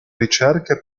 ricerche